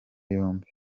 yombi